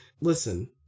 Listen